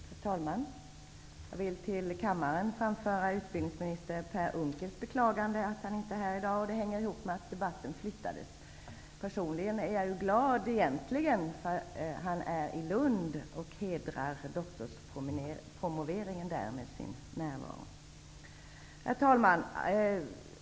Herr talman! Jag vill till kammaren framföra utbildningsminister Per Unckels beklagande att han inte är här i dag. Det hänger samman med att debatten flyttades. Personligen är jag ju glad egentligen, därför att han är i Lund för att hedra doktorspromoveringen med sin närvaro. Herr talman!